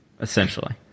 essentially